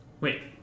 Wait